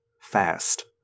fast